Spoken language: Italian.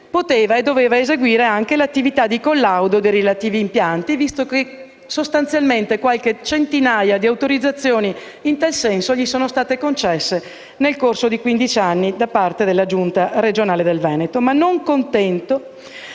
e infine poteva eseguire anche l'attività di collaudo dei relativi impianti, visto che sostanzialmente qualche centinaio di autorizzazioni in tal senso gli sono state concesse nel corso di quindici anni da parte della Giunta regionale del Veneto. Ma non contento,